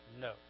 No